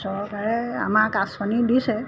চৰকাৰে আমাক আঁচনি দিছে